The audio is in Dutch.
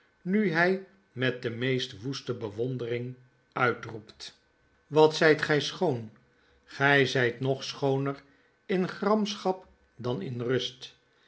nu hij met de meest woeste bewondering uitroept x wat zijt gij schoon gij zijt nog schooner in gramschap dan in rust